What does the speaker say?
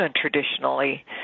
traditionally